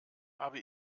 habe